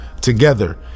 together